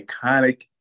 iconic